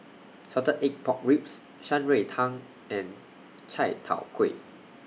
Salted Egg Pork Ribs Shan Rui Tang and Chai Tow Kway